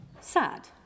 sad